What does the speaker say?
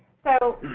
so